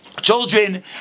Children